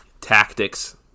tactics